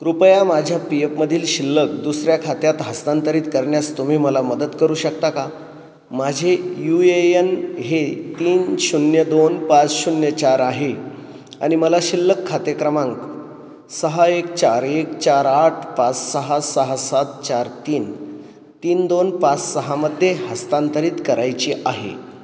कृपया माझ्या पी एफमधील शिल्लक दुसऱ्या खात्यात हस्तांतरित करण्यास तुम्ही मला मदत करू शकता का माझे यू ए यन हे तीन शून्य दोन पाच शून्य चार आहे आणि मला शिल्लक खाते क्रमांक सहा एक चार एक चार आठ पाच सहा सहा सात चार तीन तीन दोन पाच सहामध्ये हस्तांतरित करायची आहे